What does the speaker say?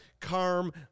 calm